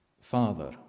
father